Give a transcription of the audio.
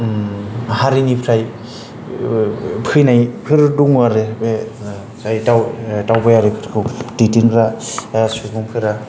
गुबुन गुबुन हारिनिफ्राय फैनाय दं आरो जाय दावबायारिफोरखौ दैदेनग्रा सुबुंफोरा